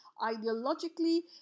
ideologically